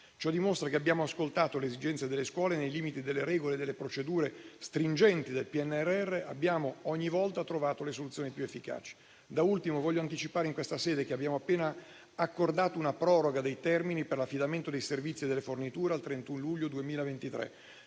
Ciò dimostra che abbiamo ascoltato le esigenze delle scuole nei limiti delle regole e delle procedure stringenti del PNRR e abbiamo ogni volta trovato le soluzioni più efficaci. Da ultimo, voglio anticipare in questa sede che abbiamo appena accordato una proroga dei termini per l'affidamento dei servizi e delle forniture al 31 luglio 2023.